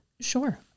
Sure